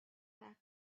back